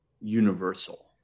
universal